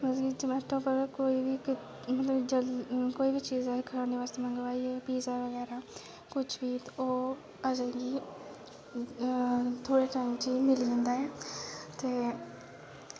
मतलव कि जोमैटो पर कोई बी चीज ऐ खाने वास्तै मंगवाई ऐ पिज्जा वगैरा कुछ वी ओह् आई जंदे थोह्ड़े टाईम च ही मिली जंदा ऐ ते